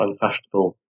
unfashionable